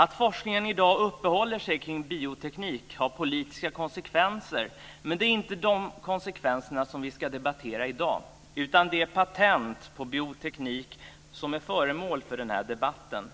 Att forskningen i dag uppehåller sig kring bioteknik har politiska konsekvenser men det är inte de konsekvenserna vi ska debattera i dag, utan det är patent på bioteknik som är föremål för den här debatten.